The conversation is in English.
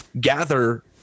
gather